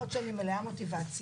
למרות שאני מלאה מוטיבציה,